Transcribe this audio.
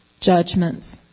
judgments